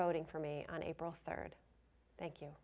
voting for me on april third thank you